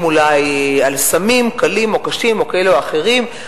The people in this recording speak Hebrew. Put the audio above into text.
אולי על סמים קלים או קשים כאלה או אחרים?